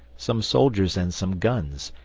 some soldiers and some guns,